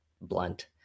blunt